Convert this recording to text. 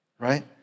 right